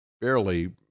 barely